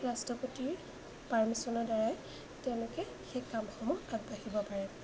ৰাষ্ট্ৰপতিৰ পাৰ্মিশ্যনৰদ্বাৰাই তেওঁলোকে সেই কামসমূহ আগবাঢ়িব পাৰে